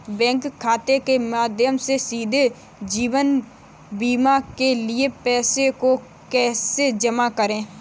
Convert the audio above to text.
Bank खाते के माध्यम से सीधे जीवन बीमा के लिए पैसे को कैसे जमा करें?